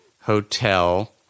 hotel